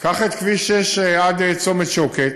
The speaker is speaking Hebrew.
קח את כביש 6 עד צומת שוקת,